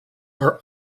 are